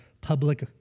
public